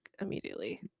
immediately